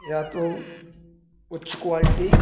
या तो उच्च क्वाल्टी